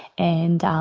and